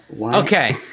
Okay